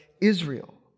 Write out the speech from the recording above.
Israel